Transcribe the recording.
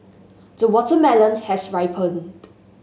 the watermelon has ripened